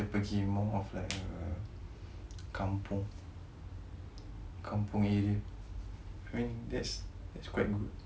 more of like a kampung kampung area I mean that's quite good